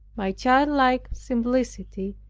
my childlike simplicity,